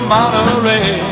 Monterey